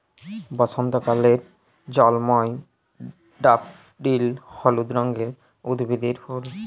বসন্তকালে জল্ময় ড্যাফডিল হলুদ রঙের উদ্ভিদের ফুল